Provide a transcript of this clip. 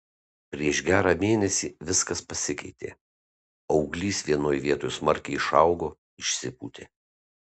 prieš gerą mėnesį viskas pasikeitė auglys vienoj vietoj smarkiai išaugo išsipūtė